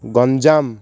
Ganjam